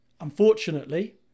Unfortunately